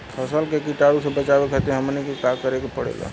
फसल के कीटाणु से बचावे खातिर हमनी के का करे के पड़ेला?